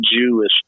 Jewish